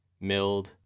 milled